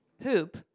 poop